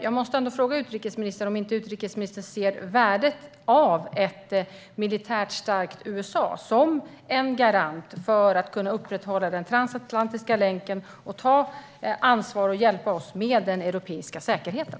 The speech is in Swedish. Jag måste ändå fråga utrikesministern om hon inte ser värdet av ett militärt starkt USA som en garant för att kunna upprätthålla den transatlantiska länken och ta ansvar och hjälpa oss med den europeiska säkerheten.